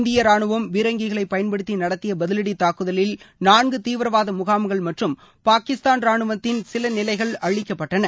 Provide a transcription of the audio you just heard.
இந்திய ராணுவம் பீரங்கிகளைப் பயன்படுத்தி நடத்திய பதிவடி தாக்குதலில் நான்கு தீவிரவாத முகாம்கள் மற்றும் பாகிஸ்தான் ராணுவனத்தின் சில நிலைகள் அழிக்கப்பட்டன